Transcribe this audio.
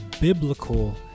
biblical